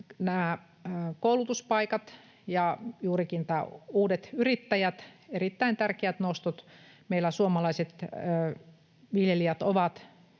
koulutuspaikat ja juurikin uudet yrittäjät, erittäin tärkeät nostot. Meillä suomalaiset viljelijät ovat